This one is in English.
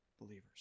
believers